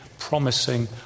promising